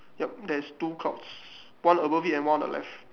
yup there's two clouds one above it and one on the left